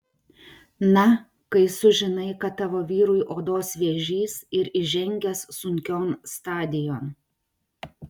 na kai sužinai kad tavo vyrui odos vėžys ir įžengęs sunkion stadijon